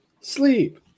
Sleep